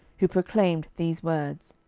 who proclaimed these words.